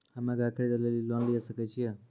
हम्मे गाय खरीदे लेली लोन लिये सकय छियै?